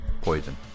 Poison